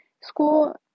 school